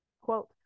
Quote